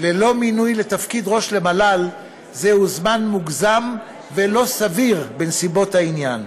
ללא מינוי לתפקיד ראש למל"ל זה זמן מוגזם ולא סביר בנסיבות העניין.